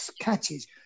catches